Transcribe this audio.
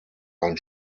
ein